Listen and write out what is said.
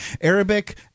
Arabic